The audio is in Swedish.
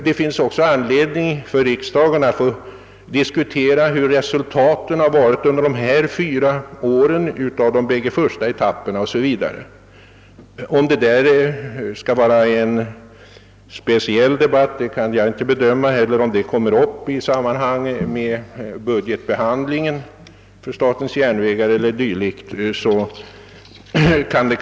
Det finns också anledning för riksdagen att diskutera resul taten av de gångna fyra årens arbete och av de bägge första etapperna. Jag kan inte bedöma, om det krävs en speciell debatt för detta eller om det kanske skall tas upp i samband med budgetbehandlingen av statens järnvägars verksamhet.